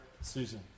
Susan